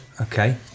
Okay